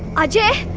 ajay.